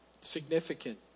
Significant